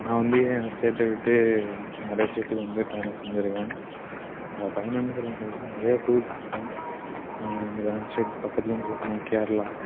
நான் வந்து எங்கள் ஸ்டேட்டை விட்டு நிறைய ஸ்டேட்டுக்கு வந்து பயணம் செஞ்சிருக்கேன் அது பயணம்னு சொல்ல முடியாது நிறைய டூர் போயிருக்கேன் ஏன் ஸ்டேட் பக்கத்திலன்னு சொல்லப் போனால் கேரளா